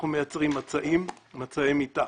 אנחנו מייצרים מצעי מיטה,